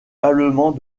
allemand